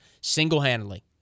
single-handedly